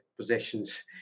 possessions